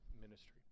ministry